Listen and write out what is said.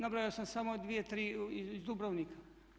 Nabrojao sam samo 2, 3 iz Dubrovnika.